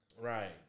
Right